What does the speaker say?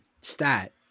stat